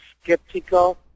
skeptical